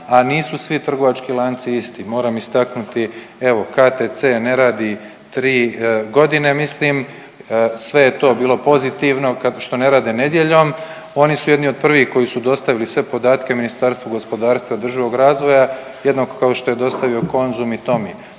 a nisu svi trgovački lanci isti. Moram istaknuti evo KTC ne radi tri godine mislim, sve je to bilo pozitivno što ne rade nedjeljom. Oni su jedni od prvih koji su dostavili sve podatke Ministarstvu gospodarstva, održivog razvoja jednako kao što je dostavio Konzum i Tommy.